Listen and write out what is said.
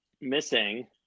missing